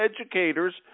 educators